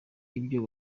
ibyo